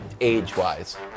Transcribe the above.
age-wise